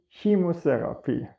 chemotherapy